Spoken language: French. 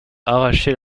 arracher